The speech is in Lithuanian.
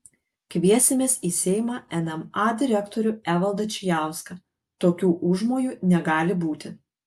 kviesimės į seimą nma direktorių evaldą čijauską tokių užmojų negali būti